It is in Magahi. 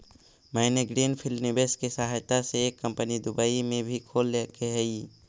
मैंने ग्रीन फील्ड निवेश के सहायता से एक कंपनी दुबई में भी खोल लेके हइ